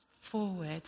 forward